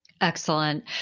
excellent